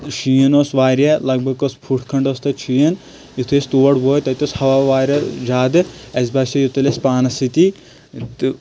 شیٖن اوس واریاہ لَگ بَگ ٲس پھٕٹ کھٔنڈ ٲس تَتہِ شیٖن یِتھُے أسۍ تور وٲتۍ تتہِ اوس ہَوا واریاہ زِیادٕ اسہِ باسیو یہِ تُلہِ اسہِ پانس سۭتی تہٕ